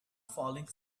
falling